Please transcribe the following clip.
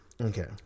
okay